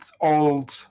old